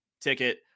ticket